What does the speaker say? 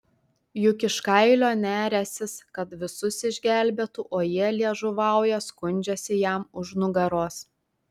juk iš kailio neriąsis kad visus išgelbėtų o jie liežuvauja skundžiasi jam už nugaros